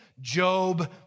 Job